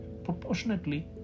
Proportionately